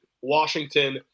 Washington